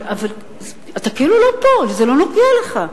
אבל אתה כאילו לא פה, זה לא נוגע לך.